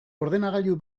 ordenagailu